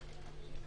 רגילים.